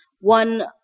One